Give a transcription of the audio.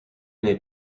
may